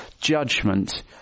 judgment